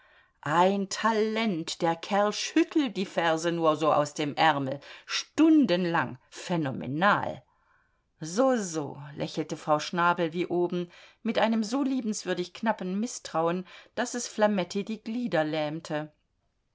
ein talent der kerl schüttelt die verse nur so aus dem ärmel stundenlang phänomenal so so lächelte frau schnabel wie oben mit einem so liebenswürdig knappen mißtrauen daß es flametti die glieder lähmte